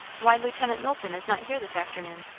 why lieutenant knowlton is not here this afternoon?